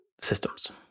systems